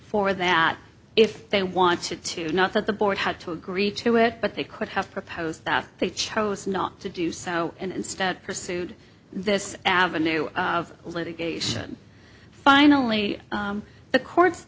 for that if they wanted to not that the board had to agree to it but they could have proposed that they chose not to do so and instead pursued this avenue of litigation finally the courts